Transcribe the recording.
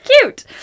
cute